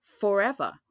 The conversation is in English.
forever